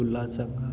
ఉల్లాసంగా